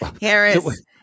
Harris